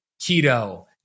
keto